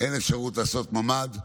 אין אפשרות לעשות ממ"ד,